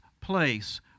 place